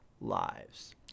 lives